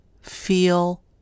feel